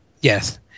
Yes